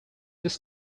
this